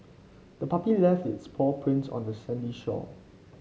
the puppy left its paw prints on the sandy shore